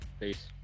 Peace